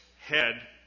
head